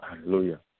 Hallelujah